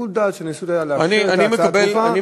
שיקול הדעת של הנשיאות היה לאפשר את ההצעה הדחופה בלי לתת תשובת שר,